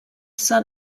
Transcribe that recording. son